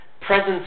presence